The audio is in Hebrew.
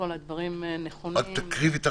החשיבה על